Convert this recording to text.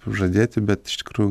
žadėti bet iš tikrųjų